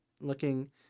looking